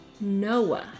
Noah